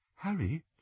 Harry